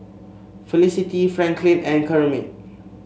Felicity Franklyn and Kermit